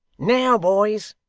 now boys